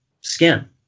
skin